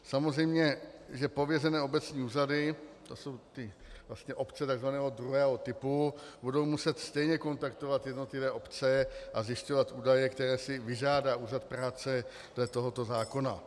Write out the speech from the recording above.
Samozřejmě že pověřené obecní úřady, to jsou obce tzv. druhého typu, budou muset stejně kontaktovat jednotlivé obce a zjišťovat údaje, které si vyžádá úřad práce dle tohoto zákona.